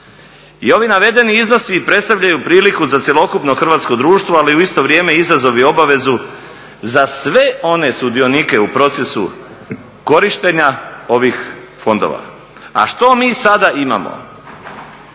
I ovi navedeni iznosi predstavljaju priliku za cjelokupno hrvatsko društvo ali u isto vrijeme izazov i obavezu za sve one sudionike u procesu korištenja ovih fondova. A što mi sada imamo?